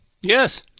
Yes